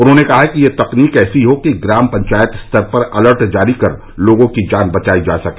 उन्होंने कहा कि ये तकनीक ऐसी हो कि ग्राम पंचापत स्तर पर अलर्ट जारी कर लोगों की जान बचायी जा सके